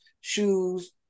shoes